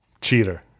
Cheater